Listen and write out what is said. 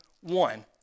One